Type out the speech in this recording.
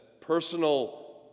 personal